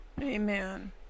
amen